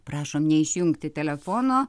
prašom neišjungti telefono